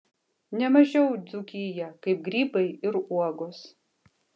ne mažiau dzūkiją kaip grybai ir uogos